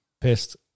pissed